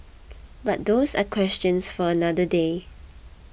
but those are questions for another day